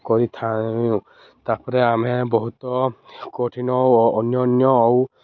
କରିଥାଉ ତା'ପରେ ଆମେ ବହୁତ କଠିନ ଅନ୍ୟାନ୍ୟ ଆଉ